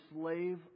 slave